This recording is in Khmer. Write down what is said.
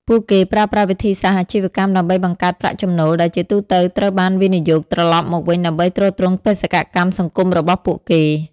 ពួកគេប្រើប្រាស់វិធីសាស្រ្តអាជីវកម្មដើម្បីបង្កើតប្រាក់ចំណូល ដែលជាទូទៅត្រូវបានវិនិយោគត្រឡប់មកវិញដើម្បីទ្រទ្រង់បេសកកម្មសង្គមរបស់ពួកគេ។